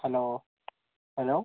hello hello